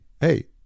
Hey